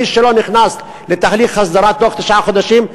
מי שלא נכנס לתהליך הסדרה תוך תשעה חודשים,